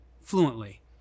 fluently